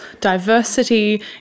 diversity